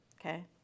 okay